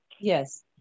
yes